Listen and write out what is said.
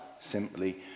simply